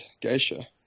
Geisha